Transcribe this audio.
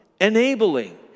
enabling